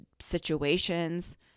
situations